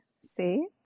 See